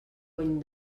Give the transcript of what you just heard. cony